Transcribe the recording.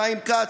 חיים כץ,